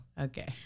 okay